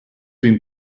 been